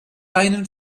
einen